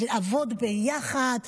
לעבוד ביחד,